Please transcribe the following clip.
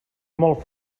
molt